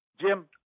Jim